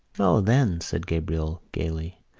o, then, said gabriel gaily,